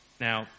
Now